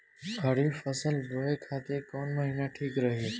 खरिफ फसल बोए खातिर कवन महीना ठीक रही?